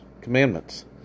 commandments